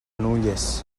nulles